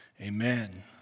Amen